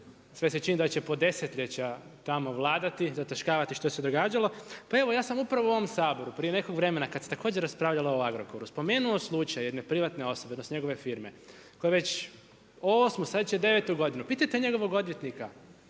sve se čini da će po desetljeća tamo vladati, zataškavati što se događalo. Pa evo ja samu pravo u ovom Saboru, prije nekog vremena kad se također raspravljalo o Agrokoru, spomenuo slučaj jedne privatne osobe, odnosno njegove firme, koja već 8., sad će 9. godinu, pitajte njegovog odvjetnika,